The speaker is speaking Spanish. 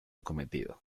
cometido